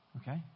Okay